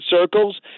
circles